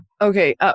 okay